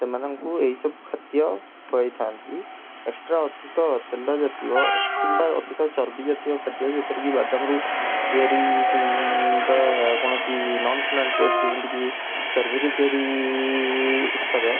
ସେମାନଙ୍କୁ ଏହିସବୁ ଖାଦ୍ୟ ଖୁଆଇଥାନ୍ତି ଏକ୍ସଟ୍ରା ଅଧିକ ତେଲ ଜାତୀୟ କିମ୍ବା ଅଧିକ ଚର୍ବି ଜାତୀୟ ଖାଦ୍ୟ ଯେପରିକି ବାଦାମରୁ ତିଆରି ବା କୌଣସି ନନ୍ ପ୍ଲାଣ୍ଟ ଓ୍ୱେଷ୍ଟ୍ ଯେମିତିକି ଚର୍ବିରେ ତିଆରି ଉତ୍ପାଦ